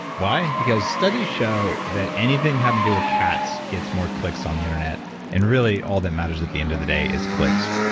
why? because studies show that anything having to do with cats gets more clicks on the internet and really all that matters at the end of the day is clicks.